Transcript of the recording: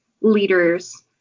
leaders